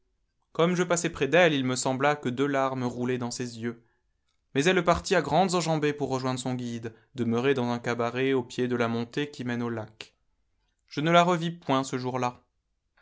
comme je passais près d'elle il me sembla que deux larmes roulaient dans ses yeux mais elle partit à grandes enjambées pour rejoindre son guide demeuré dans un cabaret au pied de la montée qui mène au lac je ne la revis point ce jour-là